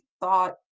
thought